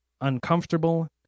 uncomfortable